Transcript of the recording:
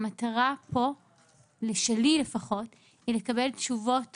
המטרה שלי פה היא לקבל תשובות